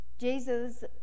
Jesus